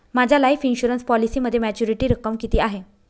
माझ्या life insurance पॉलिसीमध्ये maturity रक्कम किती आहे?